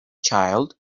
child